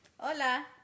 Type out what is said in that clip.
Hola